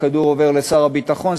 הכדור עובר לשר הביטחון,